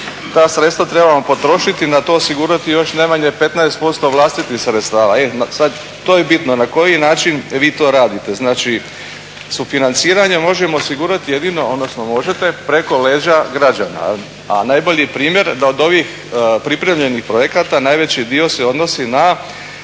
Ta sredstva trebamo potrošiti i na to osigurati još najmanje 15% vlastitih sredstava. E sad, to je bitno na koji način vi to radite? Znači sufinanciranje možemo osigurati jedino, odnosno možete, preko leđa građana. A najbolji primjer da od ovih pripremljenih projekta najveći dio se odnosi na